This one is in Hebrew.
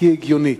כהגיונית.